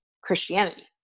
Christianity